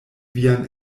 vian